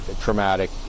traumatic